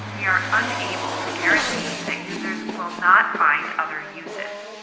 we are unable to guarantee that users will not find other uses.